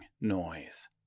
noise